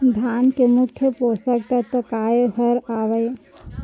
धान के मुख्य पोसक तत्व काय हर हावे?